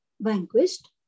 vanquished